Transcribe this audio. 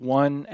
one